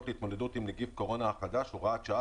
להתמודדות ע□ נגיף הקורונה החדש (הוראת שעה),